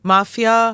Mafia